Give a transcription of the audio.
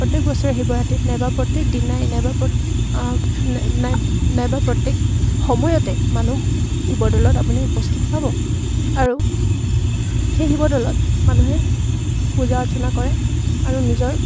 প্ৰত্যেক বছৰে শিৱৰাতিত নাইবা প্ৰত্যেক দিনাই নাইবা প্ৰ নাই নাইবা প্ৰত্যেক সময়তে মানুহ শিৱদৌলত আপুনি উপস্থিত পাব আৰু সেই শিৱদৌলত মানুহে পূজা অৰ্চনা কৰে আৰু নিজৰ